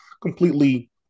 completely